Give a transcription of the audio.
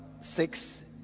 six